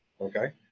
okay